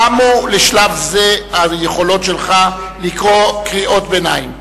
תמו לשלב זה היכולות שלך לקרוא קריאות ביניים.